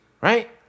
Right